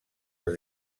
les